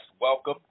Welcome